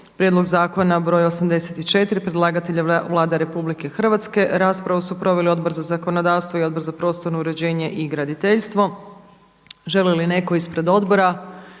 čitanje, P.Z. br. 84 Predlagatelj je Vlada Republike Hrvatske. Raspravu su proveli Odbor za zakonodavstvo i Odbor za prostorno uređenje i graditeljstvo. Želi li netko ispred odbora?